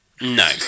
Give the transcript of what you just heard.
no